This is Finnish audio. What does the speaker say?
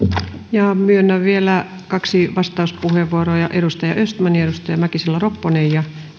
myönnän vielä kaksi vastauspuheenvuoroa edustaja östman ja edustaja mäkisalo ropponen ja